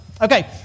Okay